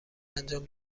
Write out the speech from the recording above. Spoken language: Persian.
انجام